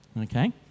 Okay